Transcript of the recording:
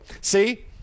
See